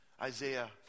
Isaiah